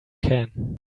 can